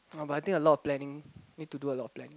no but I think a lot of planning need to do a lot of planning